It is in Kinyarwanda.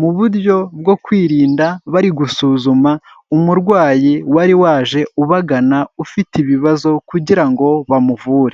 mu buryo bwo kwirinda bari gusuzuma umurwayi wari waje ubagana ufite ibibazo kugira ngo bamuvure.